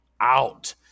out